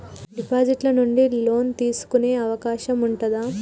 Deposit ల నుండి loan తీసుకునే అవకాశం ఉంటదా?